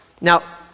Now